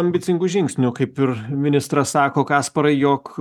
ambicingų žingsniu kaip ir ministras sako kasparai jog